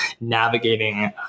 navigating